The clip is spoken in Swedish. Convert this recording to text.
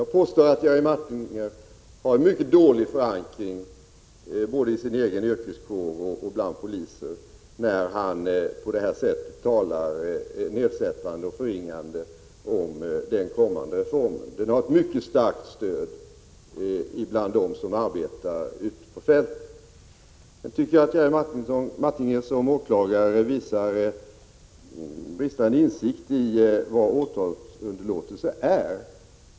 Jag påstår att Jerry Martinger har en mycket dålig förankring både i sin yrkeskår och bland poliser när han på detta sätt talar nedsättande och förringande om den kommande reformen. Den har ett mycket starkt stöd bland dem som arbetar ute på fältet. Sedan tycker jag att Jerry Martinger som åklagare visar brist på insikt i vad åtalsunderlåtelse är.